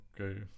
okay